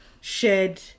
shared